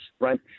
right